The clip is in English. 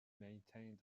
maintained